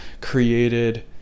created